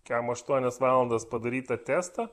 kem aštuonias valandas padarytą testą